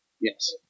yes